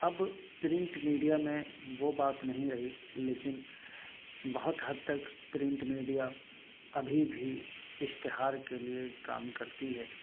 اب print media میں وہ بات نہیں رہی لیکن بہت حد تک پرنٹ میڈیا ابھی بھی اشتہار کے لئے کام کرتی ہے